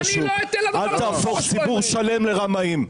אל תהפוך ציבור שלם לרמאים,